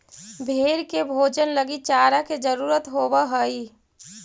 भेंड़ के भोजन लगी चारा के जरूरत होवऽ हइ